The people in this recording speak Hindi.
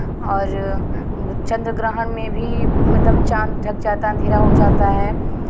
और चंद्र ग्रहण में भी एकदम चाँद ढक जाता है अंधेरा हो जाता है